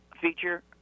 feature